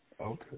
okay